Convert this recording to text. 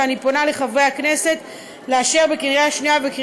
ואני פונה אל חברי הכנסת לאשר את הצעת